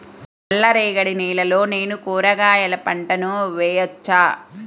నల్ల రేగడి నేలలో నేను కూరగాయల పంటను వేయచ్చా?